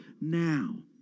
now